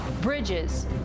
Bridges